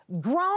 grown